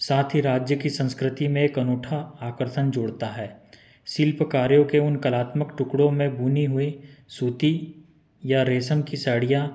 साथ ही राज्य की संस्कृति में एक अनूठा आकर्षण जोड़ता है शिल्प कार्यों के उन कलात्मक टुकडों में बुनी हुई सूती या रेशम की साड़ियाँ